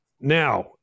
Now